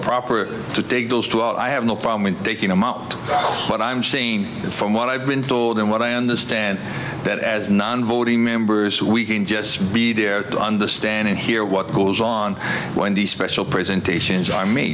proper to take those two out i have no problem with taking them out what i'm saying and from what i've been told and what i understand that as non voting members we can just be there to understand and hear what goes on when these special presentations